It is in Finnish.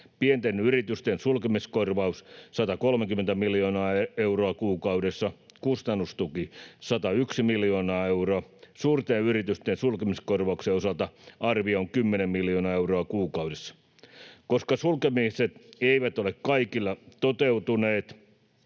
Pienten yritysten sulkemiskorvaus 130 miljoonaa euroa kuukaudessa, kustannustuki 101 miljoonaa euroa. Suurten yritysten sulkemiskorvauksen osalta arvio on 10 miljoonaa euroa kuukaudessa. Koska sulkemiset eivät ole kaikilla toteutuneet